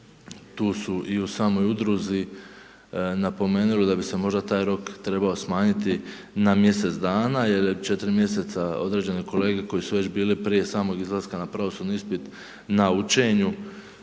Tu su i u samoj udruzi napomenuli da bi se taj rok trebao smanjiti na mjesec dana jer je 4 mjesec, određene kolege koje su već bile prije samog izlaska na pravosudni ispit na učenju,